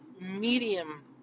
medium